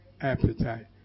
Appetite